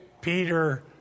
Peter